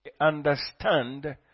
understand